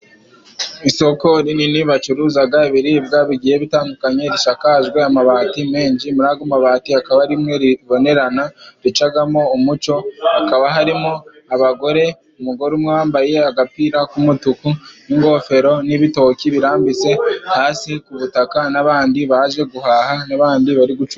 Isoko rinini bacuruzaga ibiribwa bigiye bitandukanye risakajwe amabati menshi, muri ago mabati hakaba rimwe ribonerana ricagamo umucyo, hakaba harimo abagore. Umugore umwe wambaye agapira k'umutuku n'ingofero n'ibitoki birambitse hasi ku butaka n'abandi baje guhaha n'abandi bari gucuruza.